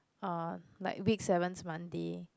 orh like week seven's Monday